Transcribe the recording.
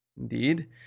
Indeed